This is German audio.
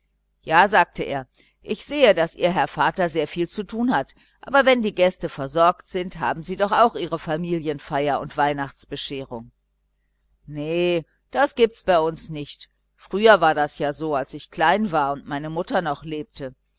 ja sagte er ich sehe daß ihr vater sehr viel zu tun hat aber wenn die gäste versorgt sind haben sie doch wohl auch ihre familienfeier ihre weihnachtsbescherung ne das gibt es bei uns nicht früher war das ja so als ich klein war und meine mutter noch lebte